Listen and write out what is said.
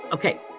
Okay